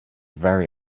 very